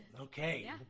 okay